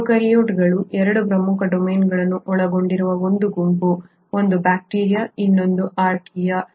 ಪ್ರೊಕಾರ್ಯೋಟ್ಗಳು 2 ಪ್ರಮುಖ ಡೊಮೇನ್ಗಳನ್ನು ಒಳಗೊಂಡಿರುವ ಒಂದು ಗುಂಪು ಒಂದು ಬ್ಯಾಕ್ಟೀರಿಯಾ ಇನ್ನೊಂದು ಆರ್ಕಿಯಾ